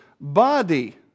body